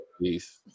peace